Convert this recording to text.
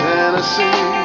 Tennessee